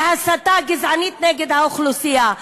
בהסתה גזענית נגד האוכלוסייה.